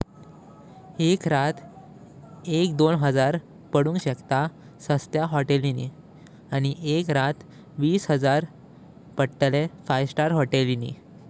एक रात एक दोन हजार पडुंग शेकता सस्त्या होटेलिनी। आणि एक रात विस हजार पडताले फाइव स्टार होटेलिनी।